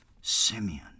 Simeon